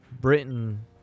Britain